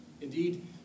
Indeed